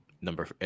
Number